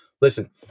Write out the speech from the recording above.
Listen